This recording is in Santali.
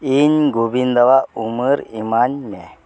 ᱤᱧ ᱜᱚᱵᱚᱱᱫᱟᱣᱟᱜ ᱩᱢᱟᱹᱨ ᱤᱢᱟᱹᱧᱢᱮ